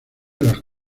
los